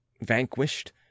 vanquished